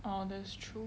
oh that's true